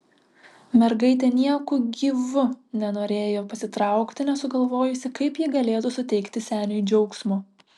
mergaitė nieku gyvu nenorėjo pasitraukti nesugalvojusi kaip ji galėtų suteikti seniui džiaugsmo